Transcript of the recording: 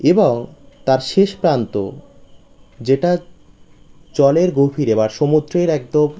এবং তার শেষ প্রান্ত যেটা জলের গভীরে বা সমুদ্রের একদম